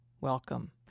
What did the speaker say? Welcome